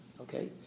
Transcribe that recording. Okay